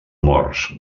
morts